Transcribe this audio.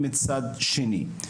מצד שני.